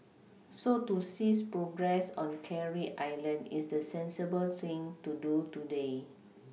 so to cease progress on Carey island is the sensible thing to do today